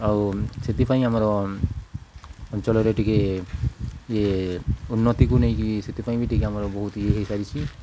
ଆଉ ସେଥିପାଇଁ ଆମର ଅଞ୍ଚଳରେ ଟିକେ ଇଏ ଉନ୍ନତିକୁ ନେଇକି ସେଥିପାଇଁ ବି ଟିକେ ଆମର ବହୁତ ଇଏ ହେଇସାରିଛି